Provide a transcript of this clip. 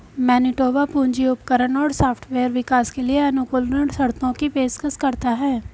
Manitoba पूंजी उपकरण और सॉफ्टवेयर विकास के लिए अनुकूल ऋण शर्तों की पेशकश करता है